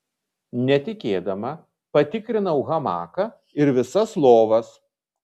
netikėdama patikrinau hamaką ir visas lovas